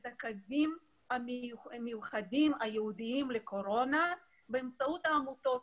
את הקווים המיוחדים הייעודיים לקורונה באמצעות העמותות,